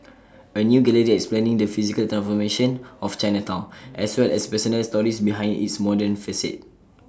A new gallery explaining the physical transformation of Chinatown as well as personal stories behind its modern facade